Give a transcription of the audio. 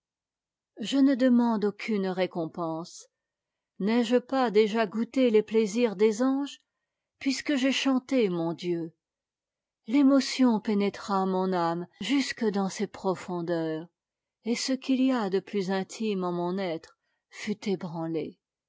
je ne demande aucune récompense n'ai-je pas déjà goûté les plaisirs des anges puisque j'ai chanté mon dieu l'émotion pénétra mon âme jusque dans ses profondeurs et ce qu'il y a de plus intime en mon être fut ébran